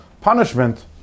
punishment